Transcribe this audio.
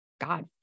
God